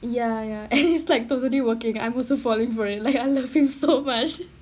ya ya and it's like totally working I'm also falling for it like I love him so much